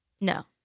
No